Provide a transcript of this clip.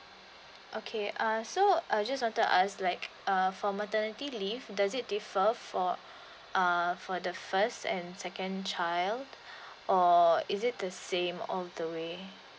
okay err so uh just wanted to ask like err for maternity leave does it differ for uh for the first and second child or is it the same all the way